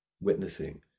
witnessing